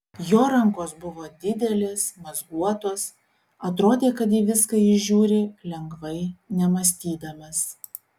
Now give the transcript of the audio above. jo rankos buvo didelės mazguotos atrodė kad į viską jis žiūri lengvai nemąstydamas